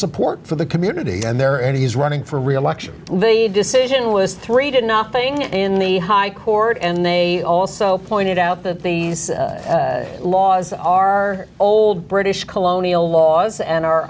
support for the community and there and he is running for reelection the decision was three to nothing in the high court and they also pointed out that these laws are old british colonial laws is and